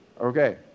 Okay